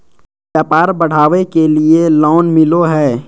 व्यापार बढ़ावे के लिए लोन मिलो है?